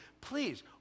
please